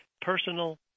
personal